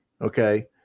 okay